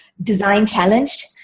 design-challenged